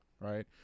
right